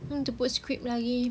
need to put script lagi